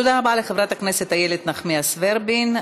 תודה רבה לחברת הכנסת איילת נחמיאס ורבין.